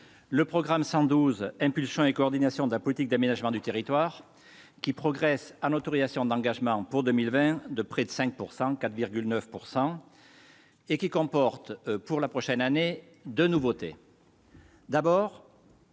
le programme 112 impulsion et coordination de la politique d'aménagement du territoire qui progresse en autorisations d'engagement pour 2020 de près de 5 pourcent 4,9 pourcent et qui comporte pour la prochaine année 2 nouveautés. D'abord.